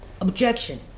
objection